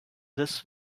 this